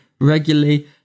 regularly